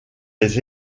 les